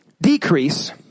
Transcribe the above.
decrease